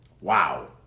Wow